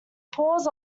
pores